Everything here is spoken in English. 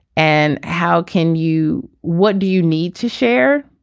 and how can you what do you need to share